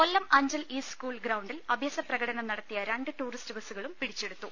കൊല്ലം Anchal east school ഗ്രൌണ്ടിൽ അഭ്യാസപ്രക ടനം നടത്തിയ രണ്ടു ടൂറിസ്റ്റ് ബസ്സുകളും പിടിച്ചെടുത്തു